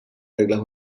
reglas